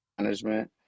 Management